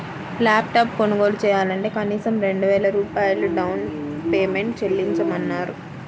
lap top కొనుగోలు చెయ్యాలంటే కనీసం రెండు వేల రూపాయలు డౌన్ పేమెంట్ చెల్లించమన్నారు